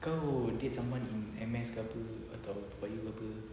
kau date someone in M_S ke apa atau PERBAYU ke apa